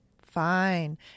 Fine